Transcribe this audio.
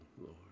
Lord